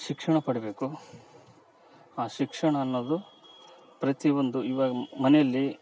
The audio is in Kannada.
ಶಿಕ್ಷಣ ಪಡಿಬೇಕು ಆ ಶಿಕ್ಷಣ ಅನ್ನೋದು ಪ್ರತಿ ಒಂದು ಇವಾಗ ಮನೇಲಿ